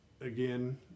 again